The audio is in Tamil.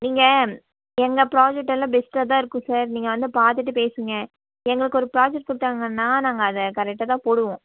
நீங்கள் எங்கள் ப்ராஜெக்ட் எல்லாம் பெஸ்ட்டாக தான் இருக்கும் சார் நீங்கள் வந்து பார்த்துட்டு பேசுங்கள் எங்களுக்கு ஒரு ப்ராஜெக்ட் கொடுத்தாங்கன்னா நாங்கள் அதை கரெக்டாக தான் போடுவோம்